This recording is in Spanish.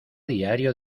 diario